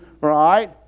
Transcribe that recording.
Right